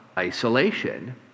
Isolation